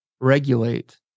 regulate